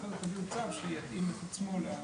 ואחרי זה מקבלים צו שיתאים את עצמו.